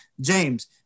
James